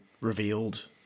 revealed